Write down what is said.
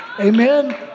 Amen